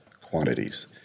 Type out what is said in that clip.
quantities